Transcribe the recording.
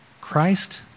Christ